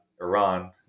Iran